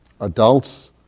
Adults